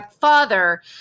father